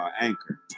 Anchor